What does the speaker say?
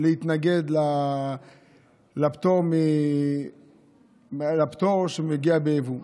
להתנגד לפטור שמגיע ביבוא,